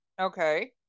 Okay